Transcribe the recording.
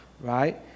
right